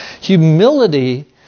Humility